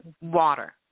water